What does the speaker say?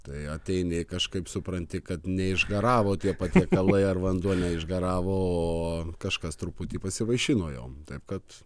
tai ateini kažkaip supranti kad neišgaravo tie patiekalai ar vanduo neišgaravo o kažkas truputį pasivaišino jom taip kad